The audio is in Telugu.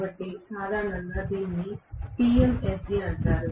కాబట్టి సాధారణంగా దీనిని PMSG అంటారు